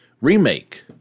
remake